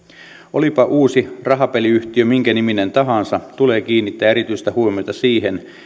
olipa uusi rahapeliyhtiö minkä niminen tahansa tulee kiinnittää erityistä huomiota siihen